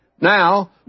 Now